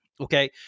Okay